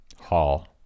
hall